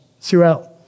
throughout